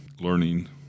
learning